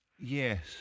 Yes